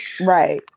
right